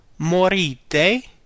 morite